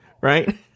right